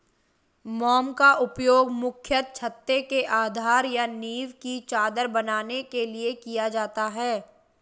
मोम का उपयोग मुख्यतः छत्ते के आधार या नीव की चादर बनाने के लिए किया जाता है